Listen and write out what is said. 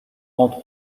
entre